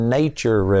nature